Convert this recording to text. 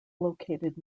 located